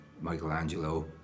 Michelangelo